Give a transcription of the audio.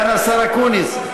סגן השר אקוניס,